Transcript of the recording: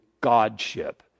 Godship